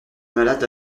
malade